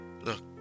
look